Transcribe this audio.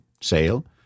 sale